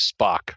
Spock